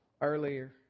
earlier